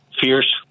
fierce